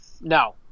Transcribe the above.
no